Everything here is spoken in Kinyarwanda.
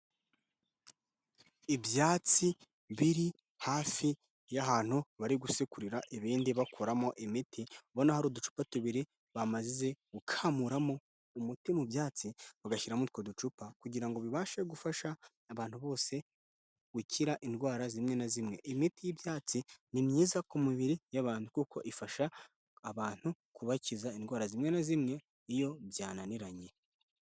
Ibyatsi biri hafi y'ahantu bari gusekurira ibindi bakoramo imiti, ubona hari uducupa tubiri bamaze gukamuramo umuti mu byatsi, bagashyira muri utwo ducupa kugira ngo bibashe gufasha abantu bose gukira indwara zimwe na zimwe. Imiti y'ibyatsi ni myiza ku mibiri y'abantu kuko ifasha abantu kubakiza indwara zimwe na zimwe, iyo byananiranye.